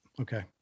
Okay